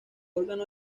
órgano